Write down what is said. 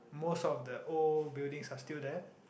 most of the old buildings are still there